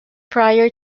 prior